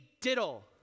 Diddle